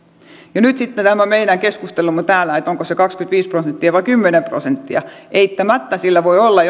piiriin nyt sitten tämä meidän keskustelumme täällä onko se kaksikymmentäviisi prosenttia vai kymmenen prosenttia eittämättä sillä voi olla